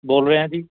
ਬੋਲ ਰਿਹਾ ਜੀ